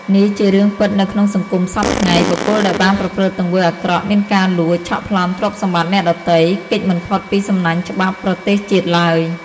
នេះជារឿងពិតនៅក្នុងសង្គមសព្វថ្ងៃ បុគ្គលដែលបានប្រព្រឹត្តទង្វើអាក្រក់មានការលួច ឆក់ប្លន់ទ្រព្យសម្បត្តិអ្នកដទៃ គេចមិនផុតពីសំណាញ់ច្បាប់ប្រទេសជាតិឡើយ។